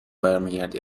برمیگردی